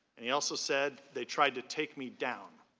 and he also said they tried to take me down.